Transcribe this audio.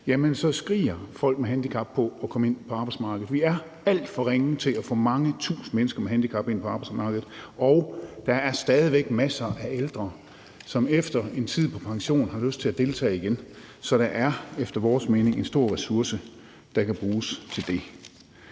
skriger folk med handicap på at komme ind på arbejdsmarkedet. Vi er alt for ringe til at få mange tusind mennesker med handicap ind på arbejdsmarkedet, og der er stadig væk masser af ældre, som efter en tid på pension har lyst til at deltage igen, så der er efter vores mening en stor ressource, der kan bruges til det.